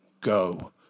go